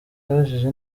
yibajije